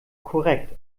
korrekt